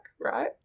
right